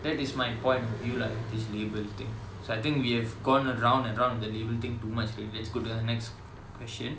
that is my point of view lah this label thing so I think we have gone round and round on the label thing too much already let's go to the next question